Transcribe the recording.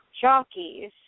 jockeys